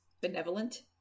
benevolent